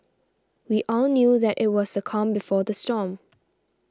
we all knew that it was the calm before the storm